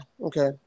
Okay